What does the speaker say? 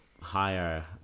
higher